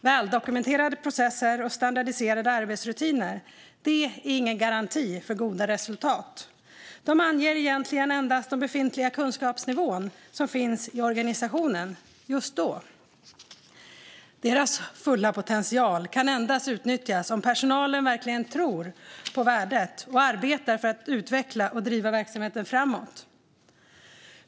Väldokumenterade processer och standardiserade arbetsrutiner är ingen garanti för goda resultat. De anger egentligen endast den befintliga kunskapsnivån i organisationen - just då. Deras fulla potential kan utnyttjas endast om personalen verkligen tror på värdet och arbetar för att utveckla och driva verksamheten framåt.